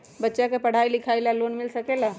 बच्चा के पढ़ाई लिखाई ला भी लोन मिल सकेला?